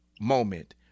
moment